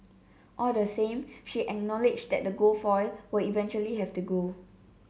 all the same she acknowledged that the gold foil will eventually have to go